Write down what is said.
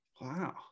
Wow